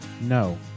No